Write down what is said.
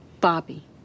Bobby